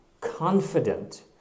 confident